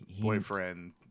Boyfriend